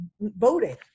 voting